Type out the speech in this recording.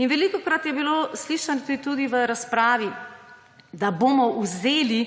Velikokrat je bilo slišati tudi v razpravi, da bomo vzeli